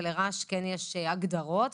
ולרעש כן יש הגדרות,